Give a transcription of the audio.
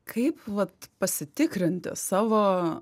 kaip vat pasitikrinti savo